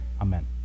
amen